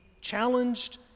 challenged